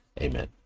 Amen